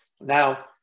Now